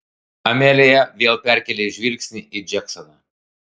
amelija vėl perkėlė žvilgsnį į džeksoną